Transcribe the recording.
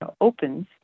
opens